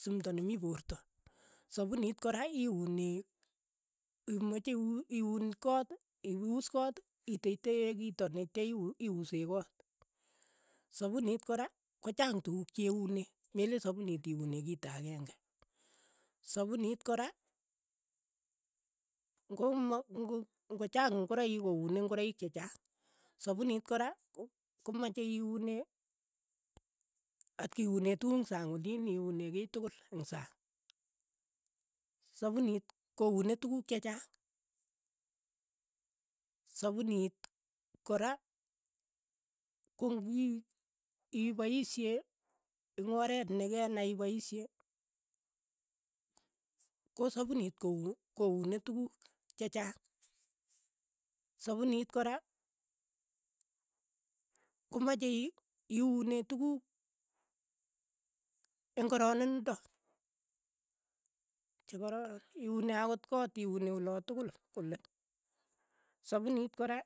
sumto ne mii poorto, sapunit kora iune imache iuun koot iuus koot, iteiteye kito netya iu- iusee koot, sapuniit kora kochaang tukuk che unee, meleen sapunit iunee kito akenge, sapunit kora ng'oma- ng'o- ng'o chaang ng'oroik koune ng'oroik che chaang, sapunit kora, komache iunee atkiunee tukuk eng' saang oliin, iune kiy tukul eng' saang, sapunit koune tukuk che chaang, sapuniit kora ko ng'iipaishe eng' oreet nekenai ipaishe, ko sapunit kou- koune tukuk che chaang, sapunit kora komache ii- iune tukuk eng' koroninndo chekororon, iune akot koot iunee ola tukul kole. sapunit kora.